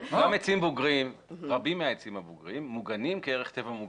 רבים מהעצים הבוגרים מוגנים כערך טבע מוגן.